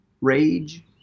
rage